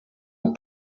who